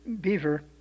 beaver